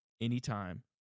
anytime